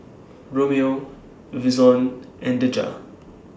Romeo Vinson and Deja